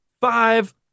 five